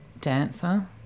dancer